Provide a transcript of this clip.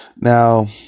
Now